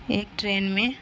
ایک ٹرین میں